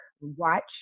watch